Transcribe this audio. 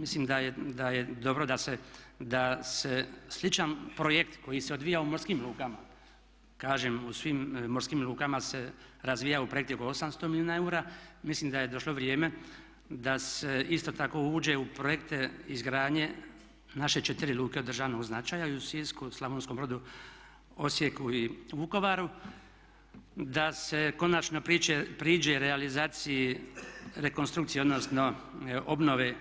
Mislim da je dobro da se sličan projekt koji se odvijao u morskim lukama, kažem u svim morskim lukama se razvijao projekt oko 800 milijuna, mislim da je došlo vrijeme da se isto tako uđe u projekte izgradnje naše 4 luke od državnog značaja i u Sisku, Slavonskom Brodu, Osijeku i Vukovaru, da se konačno priđe realizaciji rekonstrukcije odnosno obnove